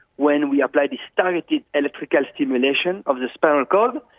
when we apply this targeted electrical stimulation of the spinal cord,